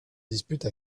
dispute